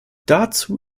dazu